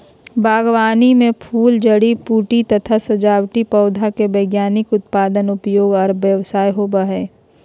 बागवानी मे फूल, जड़ी बूटी तथा सजावटी पौधा के वैज्ञानिक उत्पादन, उपयोग आर व्यवसाय होवई हई